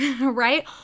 right